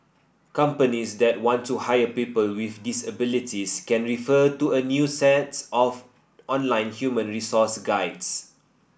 companies that want to hire people with disabilities can refer to a new sets of online human resource guides